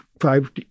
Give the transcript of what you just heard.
five